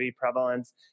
prevalence